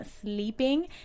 sleeping